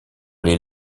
les